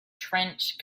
trench